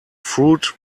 fruit